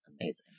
amazing